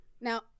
Now